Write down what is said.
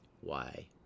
Why